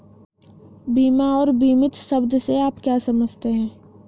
बीमा और बीमित शब्द से आप क्या समझते हैं?